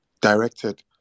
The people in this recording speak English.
directed